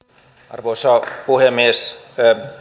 arvoisa puhemies